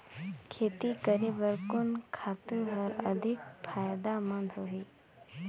खेती करे बर कोन खातु हर अधिक फायदामंद होही?